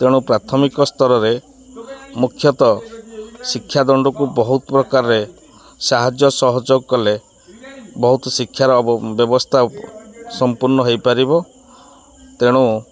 ତେଣୁ ପ୍ରାଥମିକ ସ୍ତରରେ ମୁଖ୍ୟତଃ ଶିକ୍ଷାଦଣ୍ଡକୁ ବହୁତ ପ୍ରକାରରେ ସାହାଯ୍ୟ ସହଯୋଗ କଲେ ବହୁତ ଶିକ୍ଷାର ବ୍ୟବସ୍ଥା ସମ୍ପୂର୍ଣ୍ଣ ହେଇପାରିବ ତେଣୁ